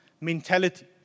mentality